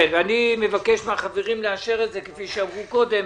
אני מבקש מהחברים לאשר את זה כפי שאמרו קודם,